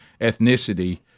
ethnicity